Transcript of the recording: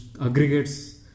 aggregates